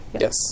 Yes